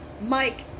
Mike